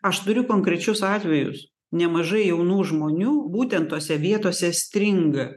aš turiu konkrečius atvejus nemažai jaunų žmonių būtent tose vietose stringa